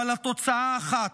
אבל התוצאה אחת: